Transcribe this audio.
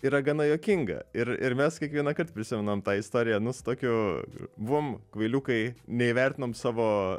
yra gana juokinga ir ir mes kiekvienąkart prisimenam tą istoriją nu su tokiu buvom kvailiukai neįvertinom savo